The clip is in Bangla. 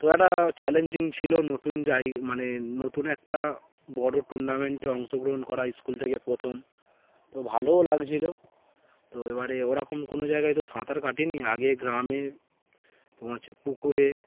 তো একটা চ্যালেঞ্জিং ছিলো নতুন জায় মানে নতুন একটা বড়ো টুর্নামেন্টে অংশগ্রহণ করা স্কুল থেকে প্রথম তো ভালোও লাগছিলো তো এবারে ওরকম কোনো জায়গায় তো সাঁতার কাটিনি আগে গ্রামে তোমার হচ্ছে পুকুরে